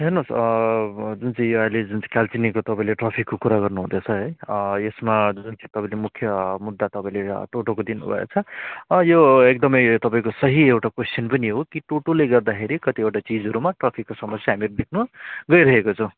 हेर्नुहोस् जुन चाहिँ यो अहिले जुन चाहिँ कालचिनीको तपाईँले ट्राफिकको कुरा गर्नु हुँदैछ है यसमा जुन चाहिँ तपाईँले मुख्य मुद्दा तपाईँले टोटोको दिनुभएछ यो एकदमै तपाईँको सही एउटा कोइस्चन पनि हो कि टोटोले गर्दाखेरि कतिवटा चिजहरूमा ट्राफिकको समस्या हामीले देख्नु गइरहेको छ